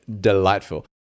delightful